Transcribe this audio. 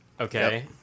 Okay